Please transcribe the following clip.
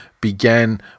began